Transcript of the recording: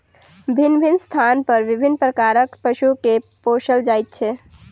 भिन्न भिन्न स्थान पर विभिन्न प्रकारक पशु के पोसल जाइत छै